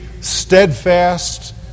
steadfast